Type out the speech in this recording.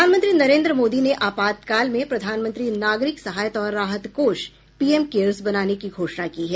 प्रधानमंत्री नरेन्द्र मोदी ने आपातकाल में प्रधानमंत्री नागरिक सहायता और राहत कोष पीएम केयर्स बनाने की घोषणा की है